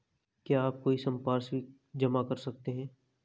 क्या आप कोई संपार्श्विक जमा कर सकते हैं?